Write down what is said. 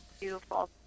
Beautiful